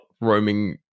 roaming